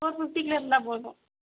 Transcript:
four ஃபிஃப்ட்டிக்குள்ளே இருந்தால் போதும்